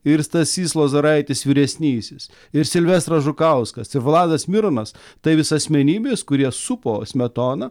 ir stasys lozoraitis vyresnysis ir silvestras žukauskas ir vladas mironas tai vis asmenybės kurie supo smetoną